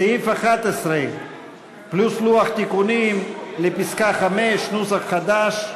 סעיף 11 פלוס לוח תיקונים לפסקה (5), נוסח חדש.